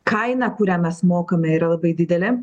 kaina kurią mes mokame yra labai didelė